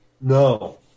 No